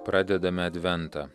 pradedame adventą